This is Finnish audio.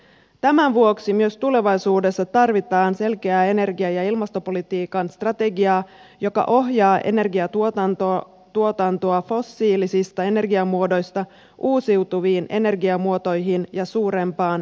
tämän vuoksi myös tulevaisuudessa tarvitaan selkeää energia ja ilmastopolitiikan strategiaa joka ohjaa energiantuotantoa fossiilisista energiamuodoista uusiutuviin energiamuotoihin ja suurempaan energiatehokkuuteen